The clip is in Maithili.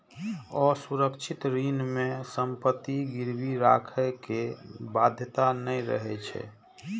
असुरक्षित ऋण मे संपत्ति गिरवी राखै के बाध्यता नै रहै छै